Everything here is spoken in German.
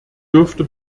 dürfte